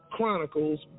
Chronicle's